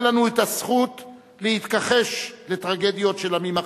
אין לנו הזכות להתכחש לטרגדיות של עמים אחרים,